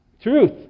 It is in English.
truth